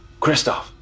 Kristoff